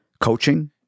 coaching